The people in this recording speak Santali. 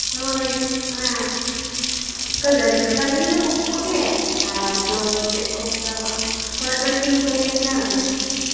ᱦᱳᱭ ᱚᱱᱟ ᱠᱟᱞᱟᱨ ᱧᱚᱜᱟᱞᱤᱧ ᱩᱵ ᱠᱚᱜᱮ ᱟᱫᱚ ᱪᱮᱫ ᱠᱚ ᱢᱮᱛᱟᱣᱟᱜᱼᱟ ᱦᱳᱭ ᱠᱟᱴᱤᱝ ᱠᱚᱜᱮ ᱦᱩᱱᱟᱹᱝ